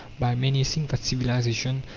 by menacing that civilization,